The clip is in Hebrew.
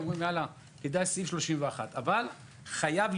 כי אולי כדאי לפעול לפי סעיף 31. אבל חייבים